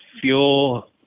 fuel